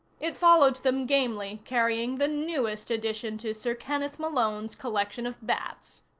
it followed them gamely, carrying the newest addition to sir kenneth malone's collection of bats.